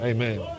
Amen